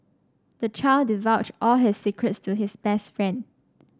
the child divulged all his secrets to his best friend